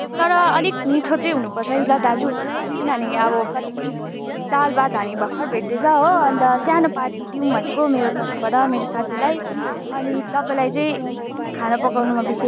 तर अलिक मिठो चाहिँ हुनुपर्छ है ल दाजु किनभने अब कति सालबाद हामी भर्खर भेट्दैछ हो अन्त सानो पार्टी दिउँ भनेको मेरो तर्फबाट मेरो साथीहरूलाई अनि तपाईँलाई चाहिँ खाना पकाउनुमा बेसी